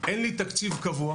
אין לי תקציב קבוע